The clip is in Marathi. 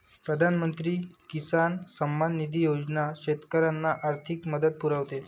प्रधानमंत्री किसान सन्मान निधी योजना शेतकऱ्यांना आर्थिक मदत पुरवते